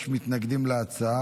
יש מתנגדים להצעה.